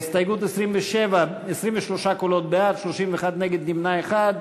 בהסתייגות 27, 23 קולות בעד, 31 נגד, נמנע אחד.